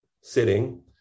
sitting